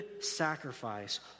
sacrifice